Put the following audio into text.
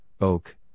oak